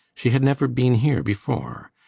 she had never been here before.